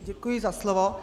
Děkuji za slovo.